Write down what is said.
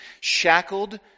shackled